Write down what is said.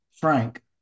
frank